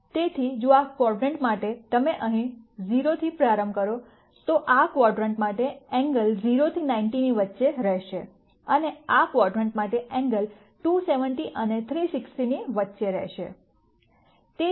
તેથી જો આ ક્વાડ્રન્ટ માટે તમે અહીં 0 થી પ્રારંભ કરો તો આ ક્વાડ્રન્ટ માટે એંગલ 0 થી 90 ની વચ્ચે રહેશે અને આ ક્વાડ્રન્ટ માટે એંગલ 270 અને 360 ની વચ્ચે રહેશે